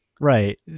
right